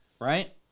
right